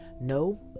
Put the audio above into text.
No